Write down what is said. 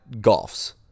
golfs